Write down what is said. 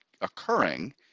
occurring